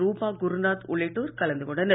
ரூபா குருநாத் உள்ளிட்டோர் கலந்து கொண்டனர்